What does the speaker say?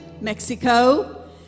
Mexico